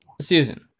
Susan